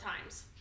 times